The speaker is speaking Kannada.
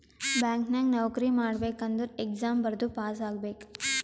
ಬ್ಯಾಂಕ್ ನಾಗ್ ನೌಕರಿ ಮಾಡ್ಬೇಕ ಅಂದುರ್ ಎಕ್ಸಾಮ್ ಬರ್ದು ಪಾಸ್ ಆಗ್ಬೇಕ್